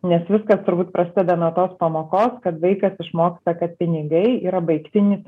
nes viskas turbūt prasideda nuo tos pamokos kad vaikas išmoksta kad pinigai yra baigtinis